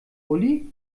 uli